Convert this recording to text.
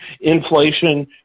inflation